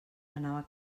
anava